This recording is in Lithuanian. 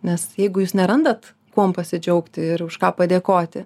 nes jeigu jūs nerandat kuom pasidžiaugti ir už ką padėkoti